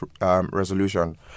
resolution